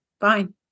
fine